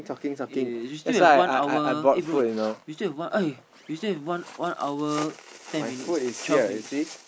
yea you still have one hour eh bro you still have one eh you still have one one hour ten twelve minutes